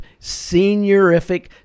seniorific